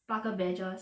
八个 badgers